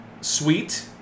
sweet